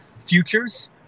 futures